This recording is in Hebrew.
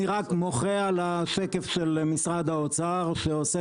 אני רק מוחה על השקף של משרד האוצר שעושה